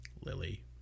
Lily